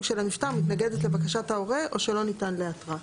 של הנפטר מתנגדת לבקשת ההורה או שלא ניתן לאתרה.